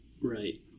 right